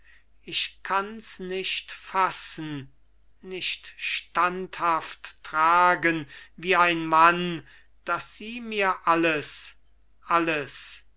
ich kanns nicht fassen nicht standhaft tragen wie ein mann daß sie mir alles alles